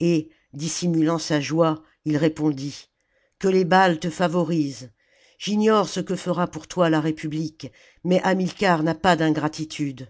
et dissimulant sa joie il répondit que les baais te favorisent j'ignore ce que fera pour toi la république mais hamilcar n'a pas d'ingratitude